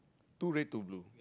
two red two blue